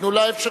תנו לה אפשרות.